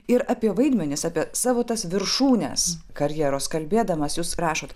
ir apie vaidmenis apie savo tas viršūnes karjeros kalbėdamas jūs rašot